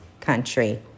country